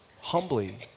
humbly